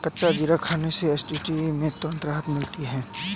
कच्चा जीरा खाने से एसिडिटी में तुरंत राहत मिलती है